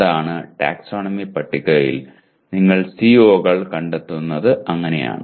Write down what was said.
അതാണ് ടാക്സോണമി പട്ടികയിൽ നിങ്ങൾ CO കൾ കണ്ടെത്തുന്നത് അങ്ങനെയാണ്